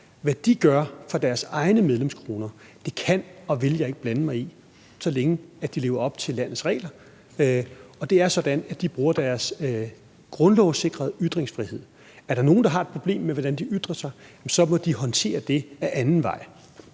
Hvad de gør for deres egne medlemskroner, kan og vil jeg ikke blande mig i, så længe de lever op til landets regler. Og det er sådan, at de bruger deres grundlovssikrede ytringsfrihed. Er der nogen, der har et problem med, hvordan de ytrer sig, må de håndtere det ad anden vej.